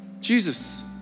Jesus